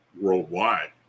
worldwide